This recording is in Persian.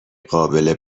قابل